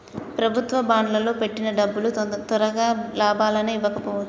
ప్రభుత్వ బాండ్లల్లో పెట్టిన డబ్బులు తొరగా లాభాలని ఇవ్వకపోవచ్చు